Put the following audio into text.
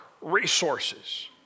resources